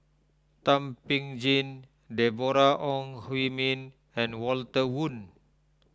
Thum Ping Tjin Deborah Ong Hui Min and Walter Woon